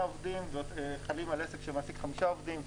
עובדים חלים על עסק שמעסיק חמישה עובדים.